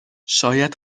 شاید